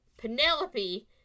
Penelope